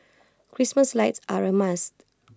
Christmas lights are A must